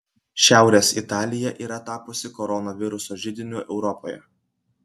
šiaurės italija yra tapusi koronaviruso židiniu europoje